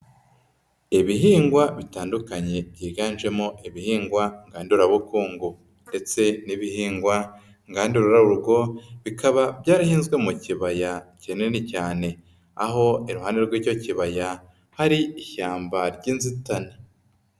Ibihingwa bitandukanye byiganjemo ibihingwa ngandurabukungu ndetse n'ibihingwa ngandurarugo, bikaba byarahinzwe mu kibaya kinini cyane, aho iruhande rw'icyo kibaya hari ishyamba ry'inzitane.